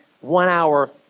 one-hour